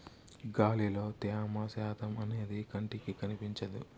గాలిలో త్యమ శాతం అనేది కంటికి కనిపించదు